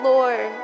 Lord